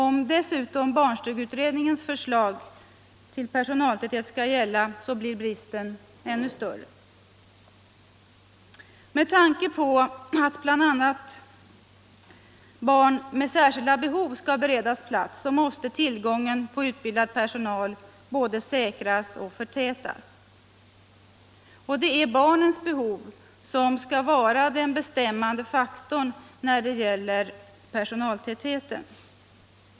Om dessutom barnstugeutredningens förslag till personaltäthet skall gälla, blir bristen ännu större. Med tanke på bl.a. att barn med särskilda behov skall beredas plats måste tillgången på utbildad personal både säkras och förtätas. Det är barnens behov som skall vara den bestämmande faktorn när det gäller personaltätheten.